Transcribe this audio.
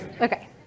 Okay